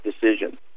decision